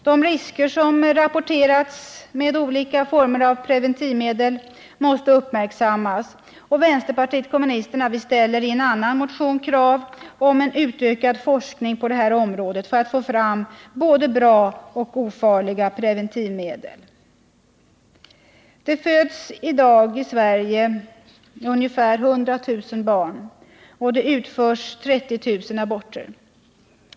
De risker med olika former av preventivmedel som rapporterats måste uppmärksammas, och vänsterpartiet kommunisterna ställer i en annan motion krav om utökad forskning på detta område för att få fram både bra och ofarliga preventivmedel. Det föds i dag i Sverige ungefär 100 000 barn, och det utförs 30 000 aborter.